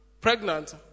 pregnant